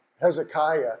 Hezekiah